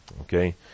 Okay